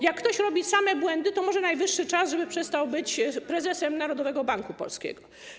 Jak ktoś robi same błędy, to może najwyższy czas, żeby przestał być prezesem Narodowego Banku Polskiego?